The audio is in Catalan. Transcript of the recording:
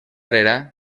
era